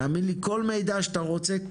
תאמין לי כל מידע שאתה רוצה,